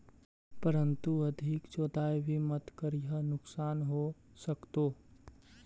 परंतु अत्यधिक जुताई भी मत करियह नुकसान हो सकतो